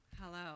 hello